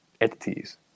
entities